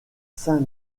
saint